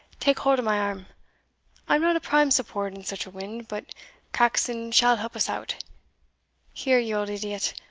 take hold of my arm i am not a prime support in such a wind but caxon shall help us out here, you old idiot,